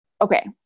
okay